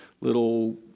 little